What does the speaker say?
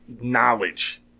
knowledge